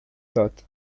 داد